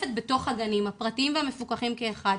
מועדפת בתוך הגנים הפרטיים והמפוקחים כאחד.